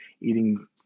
eating